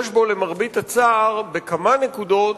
יש בו, למרבה הצער, בכמה נקודות,